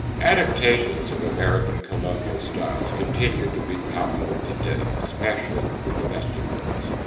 adaptations of american colonial styles continue to be popular today, especially for domestic works.